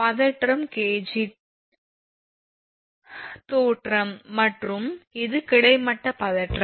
பதற்றம் தோற்றம் மற்றும் இது கிடைமட்ட பதற்றம்